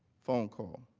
phone call